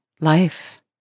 life